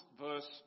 verse